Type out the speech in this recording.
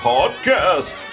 Podcast